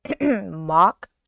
mock